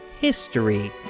History